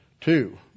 Two